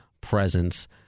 presence